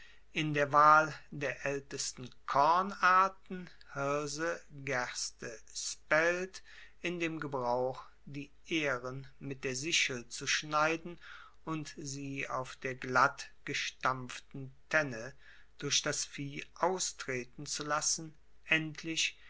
in der wahl der aeltesten kornarten hirse gerste spelt in dem gebrauch die aehren mit der sichel zu schneiden und sie auf der glattgestampften tenne durch das vieh austreten zu lassen endlich